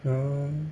oh